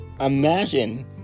imagine